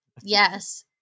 Yes